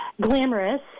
Glamorous